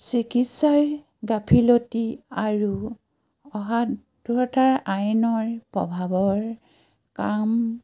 চিকিৎসাৰ গাফিলতি আৰু অসাৱধানতাৰ আইনৰ প্ৰভাৱৰ কাম